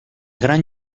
gran